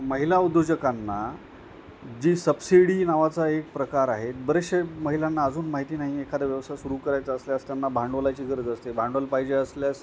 महिला उद्योजकांना जी सबसिडी नावाचा एक प्रकार आहेत बरेचसे महिलांना अजून माहिती नाही एखादा व्यवसाय सुरू करायचा असल्यास त्यांना भांडवलाची गरज असते आहे भांडवल पाहिजे असल्यास